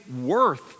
worth